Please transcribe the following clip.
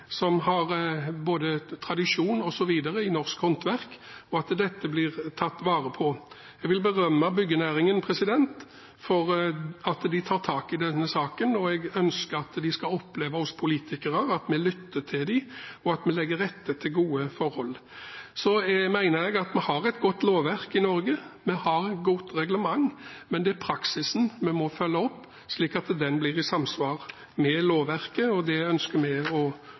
dette blir tatt vare på. Jeg vil berømme byggenæringen for at de tar tak i denne saken, og jeg ønsker at de skal oppleve at vi politikere lytter til dem, og at vi legger til rette for gode forhold. Så mener jeg at vi har et godt lovverk i Norge, vi har et godt reglement, men det er praksisen vi må følge opp, slik at den blir i samsvar med lovverket. Det ønsker vi å